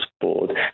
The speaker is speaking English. board